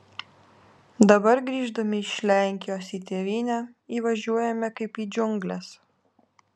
dabar grįždami iš lenkijos į tėvynę įvažiuojame kaip į džiungles